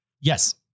Yes